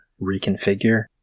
reconfigure